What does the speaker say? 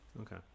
Okay